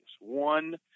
One